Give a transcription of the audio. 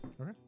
Okay